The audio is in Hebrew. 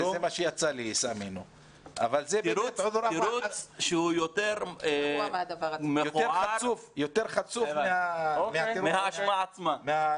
תירוץ שהוא יותר חצוף מההשפעה עצמה.